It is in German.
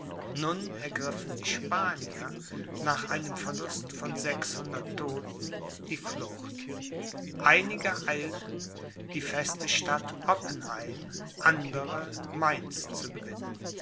ergriffen die spanier nach einem verlust von sechshundert todten die flucht einige eilten die feste stadt oppenheim andre mainz zu gewinnen